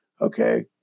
okay